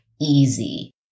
easy